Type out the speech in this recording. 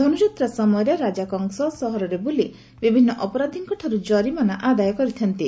ଧନୁଯାତ୍ରା ସମୟରେ ରାଜା କଂସ ସହରରେ ବୁଲି ବିଭିନ୍ନ ଅପରାଧୀଙ୍କଠାରୁ ଜରିମାନା ଆଦାୟ କରିଥାନ୍ତି